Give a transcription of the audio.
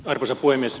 arvoisa puhemies